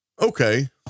Okay